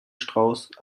strauß